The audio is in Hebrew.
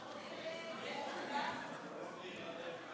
קבוצת סיעת המחנה